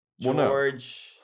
George